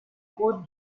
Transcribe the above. côtes